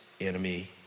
enemy